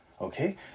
Okay